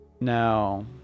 Now